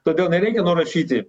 todėl nereikia nurašyti